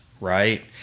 right